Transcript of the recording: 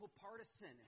partisan